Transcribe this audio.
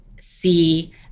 see